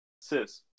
sis